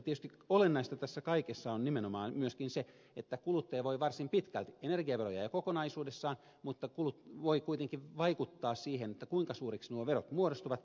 tietysti olennaista tässä kaikessa on nimenomaan myöskin se että kuluttaja voi varsin pitkälti omalla toiminnallaan ja omalla käyttäytymisellään vaikuttaa siihen kuinka suureksi nuo verot muodostuvat